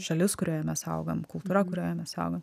šalis kurioje mes augam kultūra kurioje mes augam